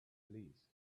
please